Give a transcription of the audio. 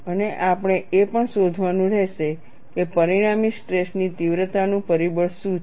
અને આપણે એ પણ શોધવાનું રહેશે કે પરિણામી સ્ટ્રેસની તીવ્રતાનું પરિબળ શું છે